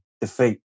defeat